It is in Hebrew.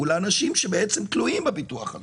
הוא לאנשים שתלויים בביטוח הלאומי.